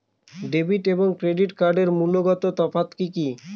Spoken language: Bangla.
ডেবিট এবং ক্রেডিট কার্ডের মূলগত তফাত কি কী?